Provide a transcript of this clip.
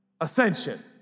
ascension